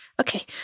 Okay